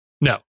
no